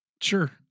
Sure